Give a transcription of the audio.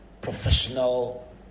professional